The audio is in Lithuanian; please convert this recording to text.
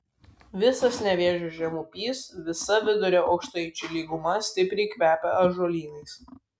visas nevėžio žemupys visa vidurio aukštaičių lyguma stipriai kvepia ąžuolynais